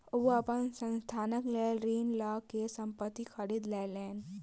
ओ अपन संस्थानक लेल ऋण लअ के संपत्ति खरीद लेलैन